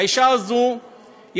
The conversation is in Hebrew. האישה הזאת,